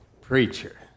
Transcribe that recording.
preacher